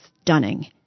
stunning